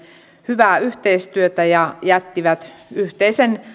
hyvää yhteistyötä ja jättivät yhteisen